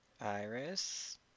Iris